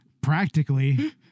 Practically